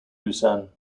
busan